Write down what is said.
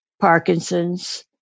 Parkinson's